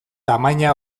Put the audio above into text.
tamaina